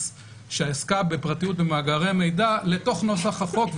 שעסקה בפרטיות במאגרי מידע לתוך נוסח החוק.